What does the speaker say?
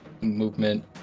movement